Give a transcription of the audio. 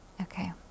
okay